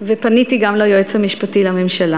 ופניתי גם ליועץ המשפטי לממשלה,